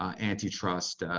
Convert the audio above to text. um antitrust,